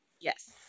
Yes